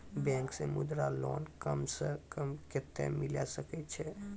Bank से Mudra loan कम सऽ कम कतैय मिलैय छै?